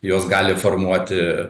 juos gali formuoti